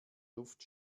luft